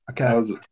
Okay